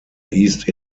east